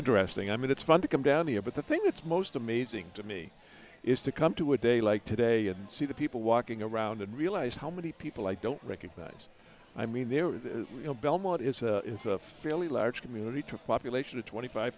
addressing i mean it's fun to come down here but the thing that's most amazing to me is to come to a day like today and see the people walking around and realize how many people i don't recognize i mean there is you know belmont is a fairly large community to a population of twenty five